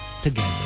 together